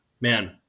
man